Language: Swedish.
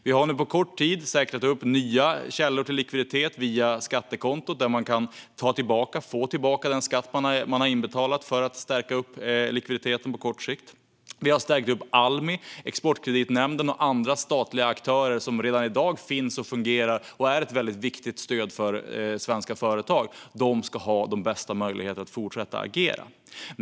Vi har nu på kort tid säkrat nya källor till likviditet via skattekontot - man kan få tillbaka den skatt man har betalat in för att stärka likviditeten på kort sikt. Vi har stärkt Almi, Exportkreditnämnden och andra statliga aktörer som redan i dag finns och fungerar och är ett viktigt stöd för svenska företag. De ska ha de bästa möjligheterna att fortsätta agera.